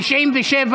התשפ"ב 2022, נתקבל.